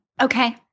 Okay